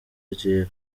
ryera